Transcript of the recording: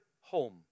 home